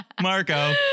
Marco